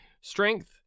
strength